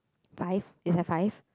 five is there five